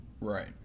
Right